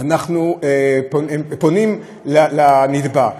פונים לנתבע.